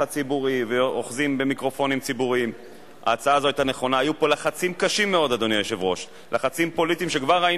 יש אולי ועדות שמעוניינות מאוד בהתערבות בית-המשפט.